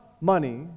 money